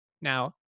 Now